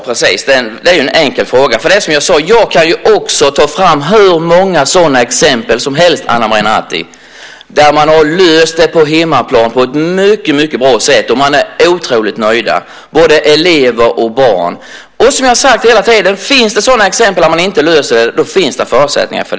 Fru talman! Det är en enkel fråga. Som jag sade kan jag ta fram hur många exempel som helst, Ana Maria Narti, där man har löst frågan på hemmaplan på ett mycket bra sätt, och alla är otroligt nöjda. Finns det fall där man inte löser detta finns det andra förutsättningar.